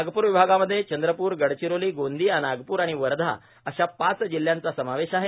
नागपूर विभागामध्ये चंद्रपूर गडचिरोली गोंदिया नागपूर आणि वर्धा अशा पाच जिल्ह्यांचा समावेश आहे